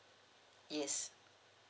yes